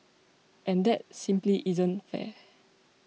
and that simply isn't fair